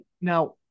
Now